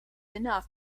enough